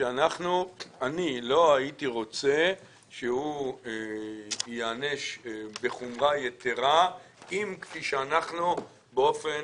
שאני לא הייתי רוצה שהוא ייענש בחומרה יתרה אם אנחנו באופן